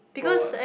for what